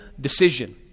decision